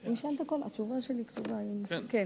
הוא ישאל את הכול, התשובה שלי כתובה, כן.